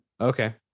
Okay